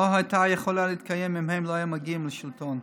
לא הייתה יכולה להתקיים אם הם לא היו מגיעים לשלטון.